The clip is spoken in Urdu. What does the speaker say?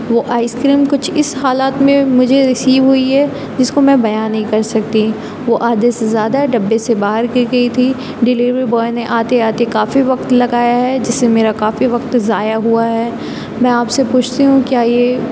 وہ آئیس کریم کچھ اِس حالات میں مجھے ریسیو ہوئی ہے جس کو میں بیاں نہیں کر سکتی وہ آدھے سے زیادہ ڈبے سے باہر گر گئی تھی ڈلیوری بوائے نے آتے آتے کافی وقت لگایا ہے جس سے میرا کافی وقت ضائع ہُوا ہے میں آپ سے پوچھتی ہوں کیا یہ